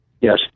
Yes